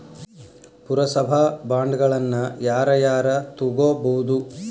ಪುರಸಭಾ ಬಾಂಡ್ಗಳನ್ನ ಯಾರ ಯಾರ ತುಗೊಬೊದು?